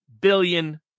billion